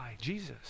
Jesus